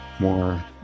more